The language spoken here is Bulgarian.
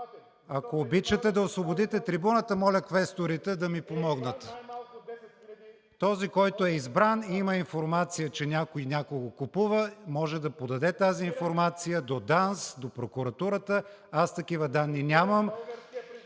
Ако обичате да освободите трибуната. Моля квесторите да ми помогнат! Този, който е избран и има информация, че някой някого купува, може да подаде тази информация до ДАНС, до прокуратурата. Аз такива данни нямам!